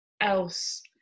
else